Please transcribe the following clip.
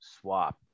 swap